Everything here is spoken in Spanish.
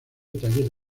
talleres